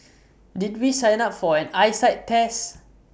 did we sign up for an eyesight test